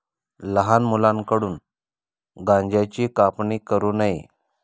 लहान मुलांकडून गांज्याची कापणी करू नये